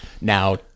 now